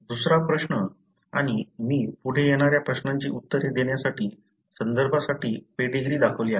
दुसरा प्रश्न आणि मी पुढे येणाऱ्या प्रश्नांची उत्तरे देण्यासाठी संदर्भासाठी पेडीग्री दाखवली आहे